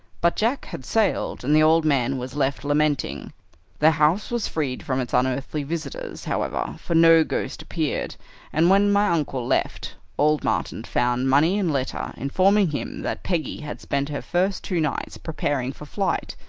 but jack had sailed, and the old man was left lamenting the house was freed from its unearthly visitors, however, for no ghost appeared and when my uncle left, old martin found money and letter informing him that peggy had spent her first two nights preparing for flight,